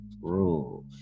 rules